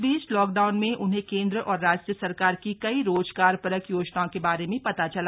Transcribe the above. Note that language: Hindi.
इस बीच लॉकडाउन में उन्हें केन्द्र और राज्य सरकार की कई रोजगारपरक योजनाओं के बारे में पता चला